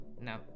No